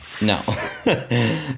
No